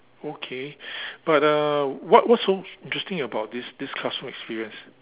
okay but uh what what so interesting about this this classroom experience